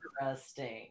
interesting